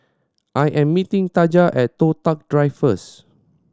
I am meeting Taja at Toh Tuck Drive first